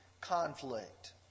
conflict